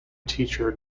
teacher